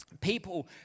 People